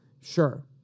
sure